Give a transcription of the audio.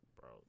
bro